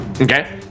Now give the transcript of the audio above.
Okay